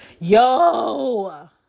Yo